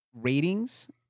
ratings